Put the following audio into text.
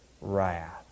wrath